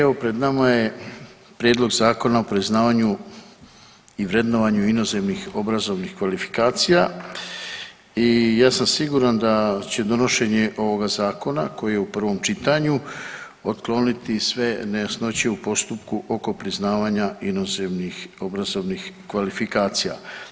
Evo pred nama je prijedlog Zakona o priznavanju i vrednovanju inozemnih obrazovnih kvalifikacija i ja sam siguran da će donošenje ovoga zakona koji je u provom čitanju otkloniti sve nejasnoće u postupku oko priznavanja inozemnih obrazovnih kvalifikacija.